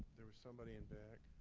there was somebody in back.